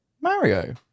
Mario